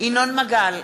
ינון מגל,